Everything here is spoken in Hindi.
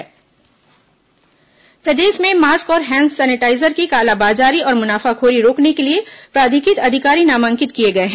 कोरोना मास्क सेनिटाईजर प्रदेश में मास्क और हैंड सेनिटाईजर की कालाबाजारी और मुनाफाखोरी रोकने के लिए प्राधिकृत अधिकारी नामांकित किए गए हैं